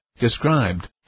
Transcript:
described